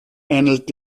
ähnelt